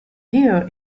here